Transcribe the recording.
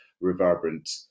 reverberant